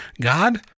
God